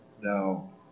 now